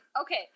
Okay